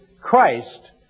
Christ